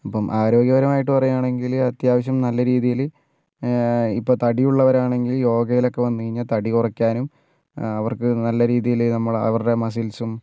അപ്പം ആരാഗ്യപരമായിട്ടു പറയുകയാണെങ്കിൽ അത്യാവശ്യം നല്ല രീതിയിൽ ഇപ്പം തടിയുള്ളവരാണെങ്കിൽ യോഗയിലൊക്കെ വന്നു കഴിഞ്ഞാൽ തടി കുറയ്ക്കാനും അവർക്ക് നല്ല രീതിയിൽ നമ്മുടെ അവരുടെ മസ്സിൽസും